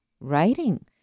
writing